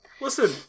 listen